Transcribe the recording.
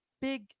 big